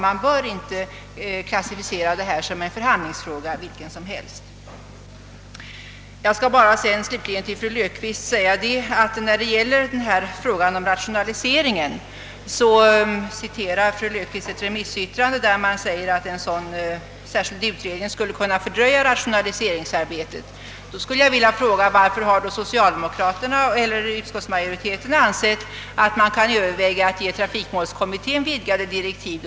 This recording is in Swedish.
Man bör inte klassificera detta som en förhandlingsfråga vilken som helst. I fråga om rationaliseringen citerar fru Löfqvist ett remissyttrande, enligt vilket en sådan särskild utredning skulle kunna fördröja rationaliseringsarbetet. Varför har då utskottsmajoriteten ansett att man kan överväga att ge trafikmålskommittén vidgade direktiv?